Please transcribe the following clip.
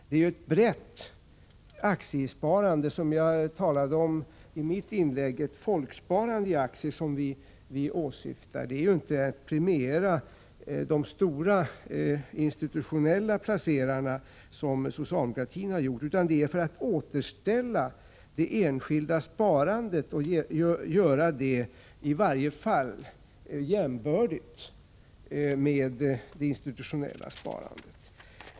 Det är ju ett brett aktiesparande — vilket jag framhöll i mitt tidigare anförande — och ett folksparande i aktier som vi åsyftar, inte att premiera de stora institutionella placerarna, vilket socialdemokraterna har gjort. Vi vill återställa det enskilda sparandet och göra det jämbördigt i varje fall med det institutionella sparandet.